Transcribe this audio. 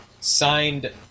signed